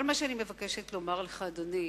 כל מה שאני מבקשת לומר לך, אדוני,